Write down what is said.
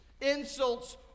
insults